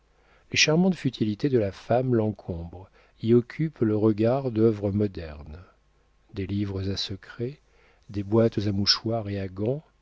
les charmantes futilités de la femme l'encombrent y occupent le regard d'œuvres modernes des livres à secret des boîtes à mouchoirs et à gants